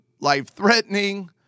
life-threatening